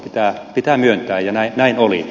se pitää myöntää ja näin oli